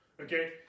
Okay